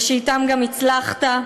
ושאִתה גם הצלחת,